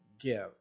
give